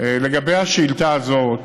לגבי השאילתה הזאת,